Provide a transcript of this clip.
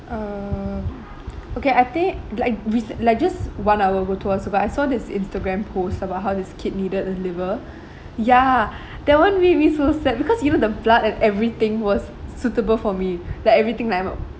um okay I think like rece~ like just one hour or two hours ago about I saw this instagram post about how this kid needed a liver ya that one made me so sad because even the blood and everything was suitable for me the everything like I'm